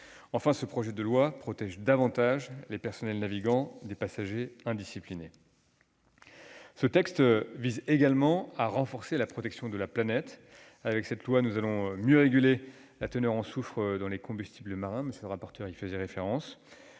Enfin, ce projet de loi protège davantage les personnels navigants des passagers indisciplinés. Ce texte vise également à renforcer la protection de la planète. Nous allons mieux réguler la teneur en soufre dans les combustibles marins ; nous allons repenser